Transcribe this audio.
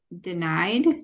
denied